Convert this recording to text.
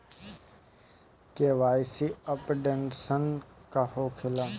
KYC updation का होखेला?